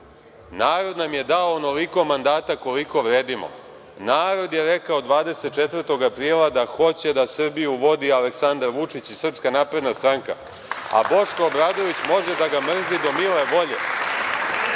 Narod nam je dao onoliko mandata koliko vredimo. Narod je rekao 24. aprila da hoće da Srbiju vodi Aleksandar Vučić i SNS, a Boško Obradović može da ga mrzi do mile volje